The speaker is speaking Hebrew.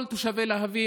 כל תושבי להבים,